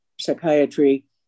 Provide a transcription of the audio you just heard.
psychiatry